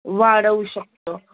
वाढवू शकतो